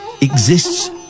exists